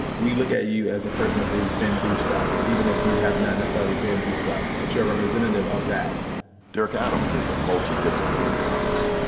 we look at you as a person who's been through stuff, even if you have not necessarily been through stuff that you are a representative of that dirk adams is a multi-disciplinary artist.